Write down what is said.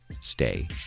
stay